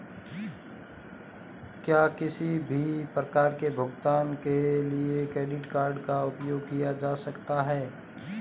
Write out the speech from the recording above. क्या किसी भी प्रकार के भुगतान के लिए क्रेडिट कार्ड का उपयोग किया जा सकता है?